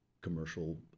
commercial